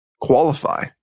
qualify